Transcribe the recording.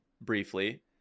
Briefly